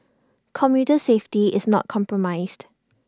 commuter safety is not compromised